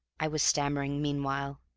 i was stammering meanwhile.